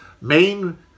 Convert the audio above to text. main